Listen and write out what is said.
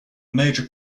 major